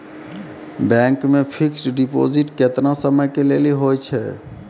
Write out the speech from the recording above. Bank मे fixed deposit केतना समय के लेली होय छै?